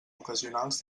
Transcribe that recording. ocasionals